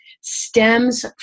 stems